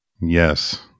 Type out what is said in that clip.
Yes